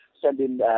sending